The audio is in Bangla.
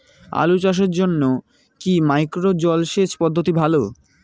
আলু চাষের জন্য কি মাইক্রো জলসেচ পদ্ধতি ভালো?